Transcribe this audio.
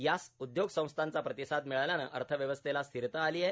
यास उद्योग संस्थांचा प्रतिसाद मिळाल्याने अर्थव्यवस्थेला स्थिरता आली आहे